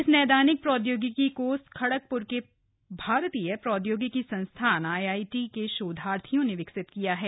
इस नैदानिक प्रौद्योगिकी को खडगप्र के भारतीय प्रौद्योगिकी संस्थान आई आई टी के शोधार्थियों ने विकसित किया है